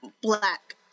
black